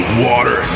water